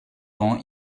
ans